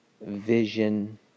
vision